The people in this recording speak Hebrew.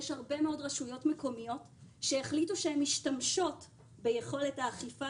יש הרבה מאוד רשויות מקומיות שהחליטו שהן משתמשות ביכולת האכיפה